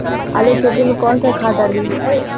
आलू के खेती में कवन सा खाद डालल जाला?